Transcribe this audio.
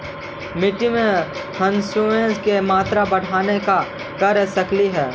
मिट्टी में ह्यूमस के मात्रा बढ़ावे ला का कर सकली हे?